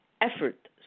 effort